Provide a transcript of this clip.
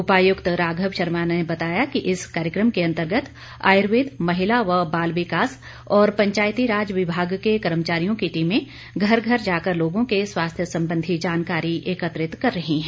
उपायुक्त राघव शर्मा ने बताया कि इस कार्यक्रम के अन्तर्गत आयुर्वेद महिला व बाल विकास और पंचायती राज विभाग के कर्मचारियों की टीमें घर घर जाकर लोगों के स्वास्थ्य संबधी जानकारी एकत्रित कर रही हैं